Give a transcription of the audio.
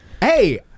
hey